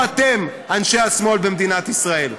ולא אתם, אנשי השמאל במדינת ישראל.